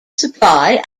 supply